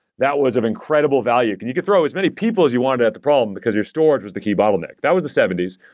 that was of incredible value. you could throw as many people as you want at the problem, because your storage was the key bottleneck. that was the seventy s.